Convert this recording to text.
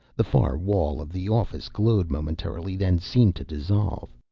the far wall of the office glowed momentarily, then seemed to dissolve.